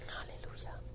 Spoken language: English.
Hallelujah